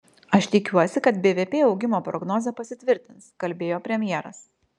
aš tikiuosi kad bvp augimo prognozė pasitvirtins kalbėjo premjeras